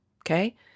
Okay